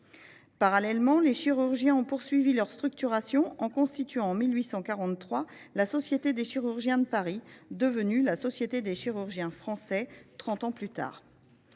Parallèlement, les chirurgiens ont continué à se structurer en constituant, en 1843, la Société des chirurgiens de Paris, devenue la Société des chirurgiens français trente ans plus tard.